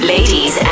Ladies